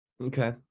Okay